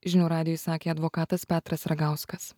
žinių radijui sakė advokatas petras ragauskas